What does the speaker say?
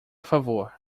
favor